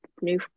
new